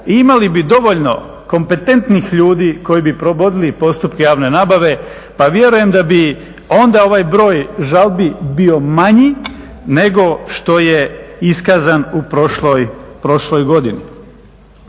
imali bi dovoljno kompetentnih ljudi koji bi provodili postupke javne nabave, pa vjerujem da bi onda ovaj broj žalbi bio manji nego što je iskazan u prošloj godini.